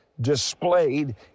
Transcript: displayed